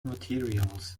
materials